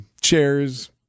chairs